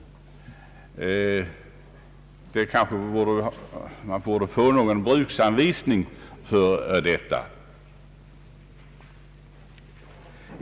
Man kanske borde få någon bruksanvisning för detta.